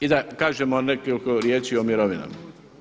I da kažemo nekoliko riječi o mirovinama.